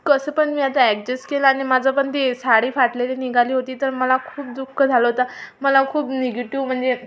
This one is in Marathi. कसं पण मी आता ॲडजस्ट केलं आणि माझं पण ती साडी फाटलेली निघाली होती तर मला खूप दु ख झालं होतं मला खूप निगेटिव म्हणजे